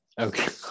Okay